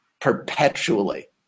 perpetually